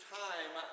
time